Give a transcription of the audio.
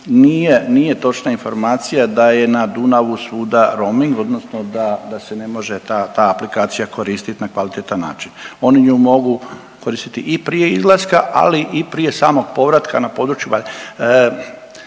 nije točna informacija da je na Dunavu svuda roming odnosno da, da se ne može ta, ta aplikacija koristit na kvalitetan način. Oni nju mogu koristiti i prije izlaska, ali i prije samog povratka na područjima.